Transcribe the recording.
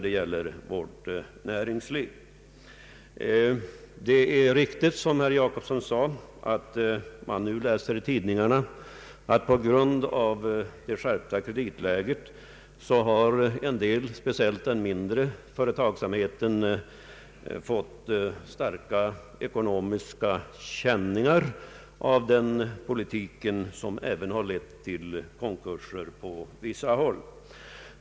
Det är riktigt som herr Gösta Jacobsson sade att man nu kan läsa i tidningarna att en hel del företag — speciellt bland den mindre företagsamheten — på grund av det skärpta kreditläget har fått starka ekonomiska känningar, som även lett till konkurser på vissa håll.